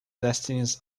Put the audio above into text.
destinies